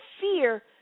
fear